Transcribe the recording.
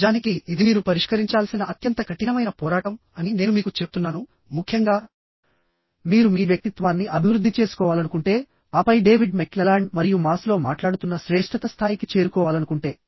నిజానికి ఇది మీరు పరిష్కరించాల్సిన అత్యంత కఠినమైన పోరాటం అని నేను మీకు చెప్తున్నాను ముఖ్యంగా మీరు మీ వ్యక్తిత్వాన్ని అభివృద్ధి చేసుకోవాలనుకుంటే ఆపై డేవిడ్ మెక్క్లెలాండ్ మరియు మాస్లో మాట్లాడుతున్న శ్రేష్ఠత స్థాయికి చేరుకోవాలనుకుంటే